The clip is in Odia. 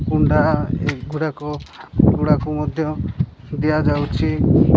କୁଣ୍ଡା ଏଗୁଡ଼ାକ ଗୁଡ଼ାକୁ ମଧ୍ୟ ଦିଆଯାଉଛି